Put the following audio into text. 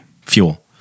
fuel